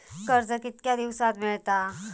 कर्ज कितक्या दिवसात मेळता?